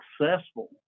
successful